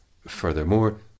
Furthermore